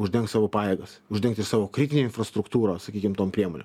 uždengt savo pajėgas uždengti savo kritinę infrastruktūrą sakykim tom priemonėm